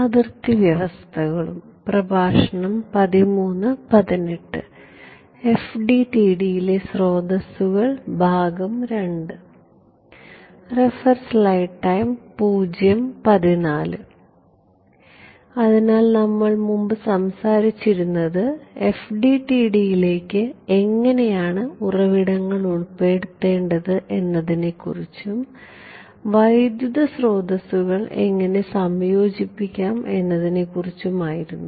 അതിനാൽ നമ്മൾ മുമ്പ് സംസാരിച്ചിരുന്നത് FDTD യിലേക്ക് എങ്ങനെയാണ് ഉറവിടങ്ങൾ ഉൾപ്പെടുത്തേണ്ടത് എന്നതിനെക്കുറിച്ചും വൈദ്യുത സ്രോതസ്സുകൾ എങ്ങനെ സംയോജിപ്പിക്കാം എന്നതിനെക്കുറിച്ചും ആയിരുന്നു